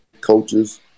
coaches